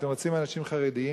אתם רוצים אנשים חרדים?